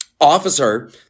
Officer